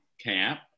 Camp